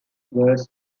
was